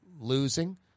losing